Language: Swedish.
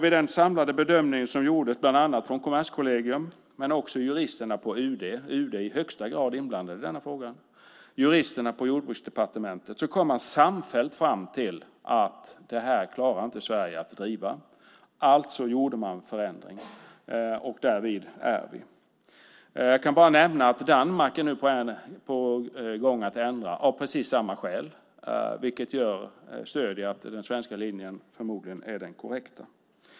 I den samlade bedömning som gjordes av bland annat Kommerskollegium men också av juristerna på UD - UD är i högsta grad inblandat i denna fråga - och juristerna på Jordbruksdepartementet kom man samfällt fram till att det här klarar inte Sverige att driva. Alltså gjorde man förändringen, och därvid är vi. Jag kan bara nämna att Danmark nu är på gång att ändra av precis samma skäl, vilket stöder att den svenska linjen förmodligen är den korrekta.